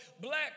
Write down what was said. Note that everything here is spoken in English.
black